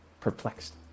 perplexed